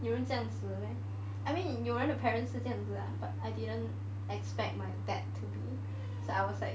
有人这样子的 meh I mean 有人的 parents 是这样子 lah but I didn't expect my dad to be so I was like